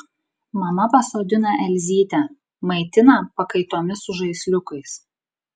mama pasodina elzytę maitina pakaitomis su žaisliukais